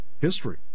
history